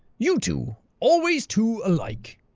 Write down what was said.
you two. always too alike.